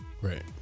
Right